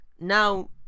now